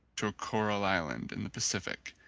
to a coral island in the pacific,